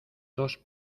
dos